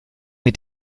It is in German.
mit